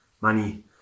money